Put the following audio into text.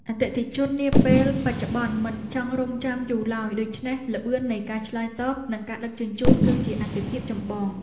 អតិថិជននាពេលបច្ចុប្បន្នមិនចង់រង់ចាំយូរឡើយ ដូច្នេះល្បឿននៃការឆ្លើយតប និងការដឹកជញ្ជូនគឺជាអាទិភាពចម្បង។